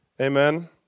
Amen